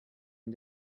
and